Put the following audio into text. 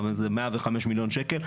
זה 105 מיליון שקל,